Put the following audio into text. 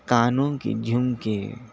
کانوں کے جھمکے